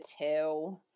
two